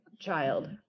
child